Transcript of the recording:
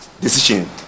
decision